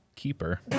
Keeper